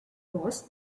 was